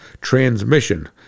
transmission